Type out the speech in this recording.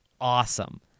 awesome